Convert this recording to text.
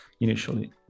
initially